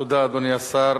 תודה, אדוני השר.